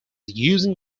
using